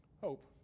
hope